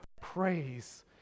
praise